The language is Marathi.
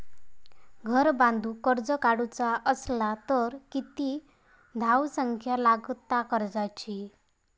घर बांधूक कर्ज काढूचा असला तर किती धावसंख्या लागता कर्जाची?